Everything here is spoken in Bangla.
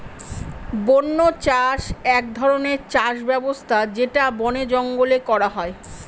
বন্য চাষ এক ধরনের চাষ ব্যবস্থা যেটা বনে জঙ্গলে করা হয়